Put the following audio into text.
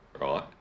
Right